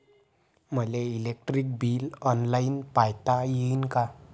मले electric bill online पायता येईन का?